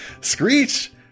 Screech